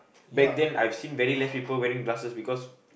back then I've seen very less people wearing glasses because